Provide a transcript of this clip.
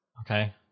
Okay